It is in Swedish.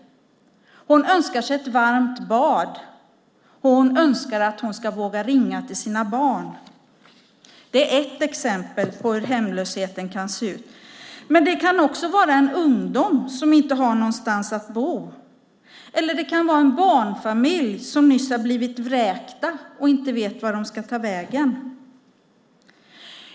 Hon önskar sig ett varmt bad. Hon önskar att hon ska våga ringa till sina barn. Det är ett exempel på hur hemlösheten kan se ut. Men det kan också vara en ungdom som inte har någonstans att bo eller en barnfamilj som nyss har blivit vräkt och inte vet vart den ska ta vägen.